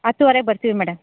ಹತ್ತುವರೆಗೆ ಬರ್ತೀವಿ ಮೇಡಮ್